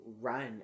run